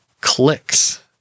clicks